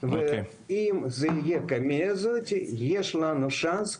ואם זה יהיה הקמ"ע הזאת, יש לנו צ'אנס.